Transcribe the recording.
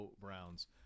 Browns